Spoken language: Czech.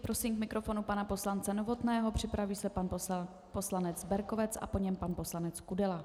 Prosím k mikrofonu pana poslance Novotného, připraví se pan poslanec Berkovec a po něm pan poslanec Kudela.